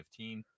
2015